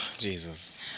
Jesus